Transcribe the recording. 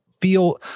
feel